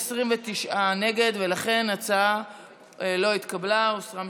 29 נגד, לכן ההצעה לא התקבלה והוסרה מסדר-היום.